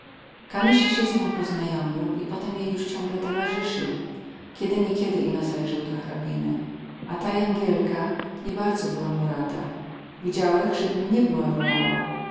kanysi sie z nią poznajomił i potem jej juz ciągle towarzysył kiedy niekiedy ino zajrzał do hrabine a ta jangielka nie bardzo była mu rada widzałech zeby mnie była wolała